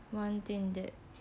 one thing that